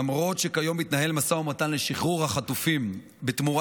למרות שכיום מתנהל משא ומתן לשחרור החטופים בתמורה